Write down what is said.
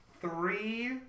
three